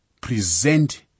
present